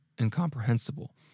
incomprehensible